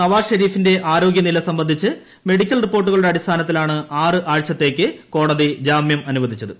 നവാസ് ഷെരീഫിന്റെ ആരോഗ്യനില സംബന്ധിച്ച് മെഡിക്കൽ റിപ്പോർട്ടുകളുടെ അടിസ്ഥാനത്തിലാണ് ആറ് ആഴ്ചത്തേക്ക് കോടതി ജാമ്യം അനുവദിച്ചത്